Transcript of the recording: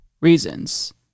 reasons